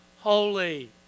holy